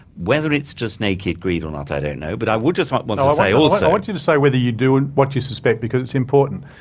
whether it's just naked greed or not, i don't know. but i would just want want um i want you to say whether you do and what you suspect, because it's important.